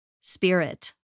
spirit